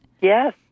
Yes